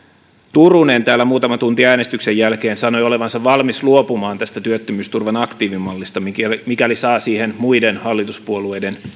turunen täällä muutama tunti äänestyksen jälkeen sanoi olevansa valmis luopumaan tästä työttömyysturvan aktiivimallista mikäli mikäli saa siihen muiden hallituspuolueiden